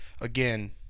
Again